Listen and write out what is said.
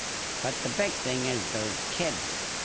but the big thing is those kids,